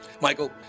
Michael